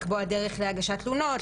לקבוע את הדרך להגשת תלונות,